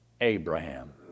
Abraham